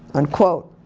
unquote.